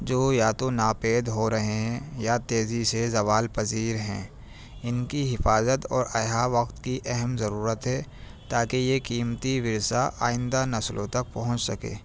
جو یا تو ناپید ہو رہے یا تیزی سے زوال پذیر ہیں ان کی حفاظت اور احیاء وقت کی اہم ضرورت ہے تا کہ یہ قیمتی ورثہ آئندہ نسلوں تک پہنچ سکے